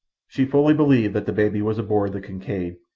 she fully believed that the baby was aboard the kincaid,